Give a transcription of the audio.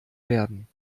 werden